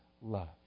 love